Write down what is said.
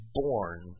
born